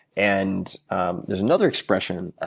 and um there's another expression. ah